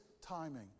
timing